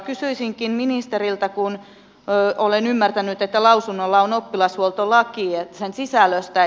kysyisinkin ministeriltä kun olen ymmärtänyt että lausunnolla on oppilashuoltolaki sen sisällöstä